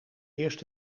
eerst